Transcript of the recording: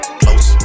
close